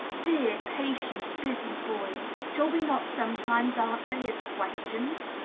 dear, patient, busy boy! shall we not sometimes answer his questions?